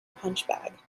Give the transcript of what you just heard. punchbag